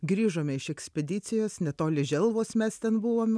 grįžome iš ekspedicijos netoli želvos mes ten buvom